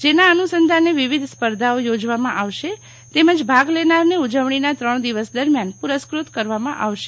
જેના અનુસંધાને વિવિધ સ્પર્ધાઓ યોજવામાં આવશે તેમજ ભાગ લેનારને ઉજવણીના ત્રણ દિવસ દરમિયાન પુરસ્કૃત કરવામાં આવશે